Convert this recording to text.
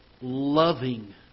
loving